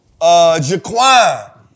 Jaquan